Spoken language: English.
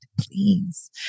please